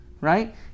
right